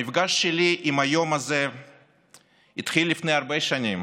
המפגש שלי עם היום הזה התחיל לפני הרבה שנים,